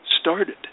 started